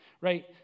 right